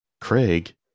Craig